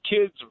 kids